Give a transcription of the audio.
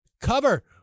Cover